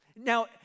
now